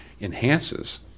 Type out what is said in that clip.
enhances